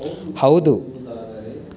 ಹೌದು